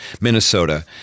Minnesota